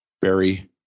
Barry